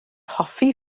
hoffi